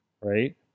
right